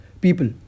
people